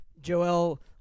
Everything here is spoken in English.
Joel